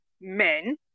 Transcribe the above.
men